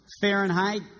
Fahrenheit